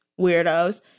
weirdos